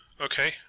Okay